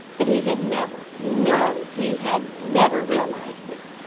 but he had never no, he had never realised it.